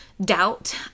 doubt